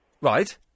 Right